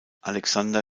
alexander